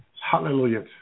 Hallelujah